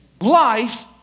life